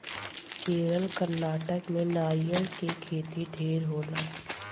केरल, कर्नाटक में नारियल के खेती ढेरे होला